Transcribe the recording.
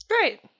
Great